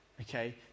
okay